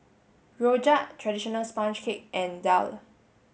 Rojak traditional sponge cake and Daal